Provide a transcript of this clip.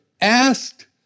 asked